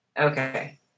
Okay